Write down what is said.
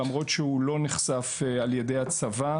למרות שהוא לא נחשף על ידי הצבא.